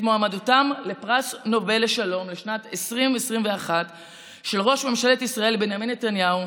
מועמדותם לפרס נובל לשלום לשנת 2021 של ראש ממשלת ישראל בנימין נתניהו,